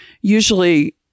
Usually